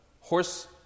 horse